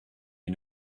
you